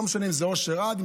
לא משנה אם זה אושר עד,